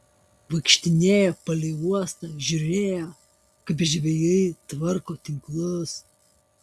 vaikštinėjo palei uostą žiūrėjo kaip žvejai tvarko tinklus